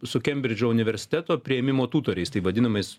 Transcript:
su kembridžo universiteto priėmimo tūtoriais tai vadinamais